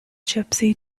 gypsy